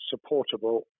supportable